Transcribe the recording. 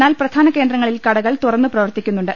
എന്നാൽ പ്രധാന കേന്ദ്രങ്ങളിൽ കടകൾ തുറന്നു പ്രവർത്തിക്കുന്നുണ്ട്